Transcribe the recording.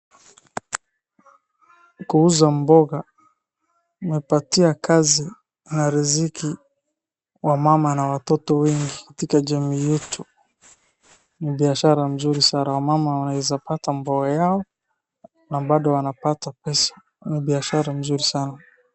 Kuuza mboga umepatia kazi na riziki wamama na watoto wengi katika jamii yetu, ni biashara mzuri sana. Wamama wanaweza pata mboga yao na bado wanapata pesa. Ni biashara mzuri sana.